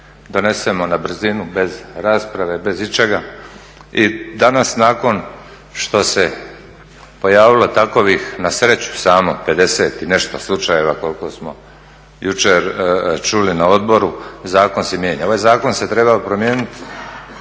donesemo na brzinu, bez rasprave, bez ičega i danas nakon što se pojavilo takvih na sreću samo 50 i nešto slučajeva koliko smo jučer čuli na odboru, zakon se mijenja. Ovaj zakon se trebao promijeniti